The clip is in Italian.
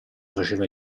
faceva